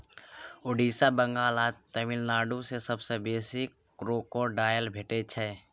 ओड़िसा, बंगाल आ तमिलनाडु मे सबसँ बेसी क्रोकोडायल भेटै छै